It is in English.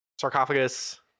sarcophagus